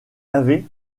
avait